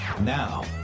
now